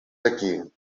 aquí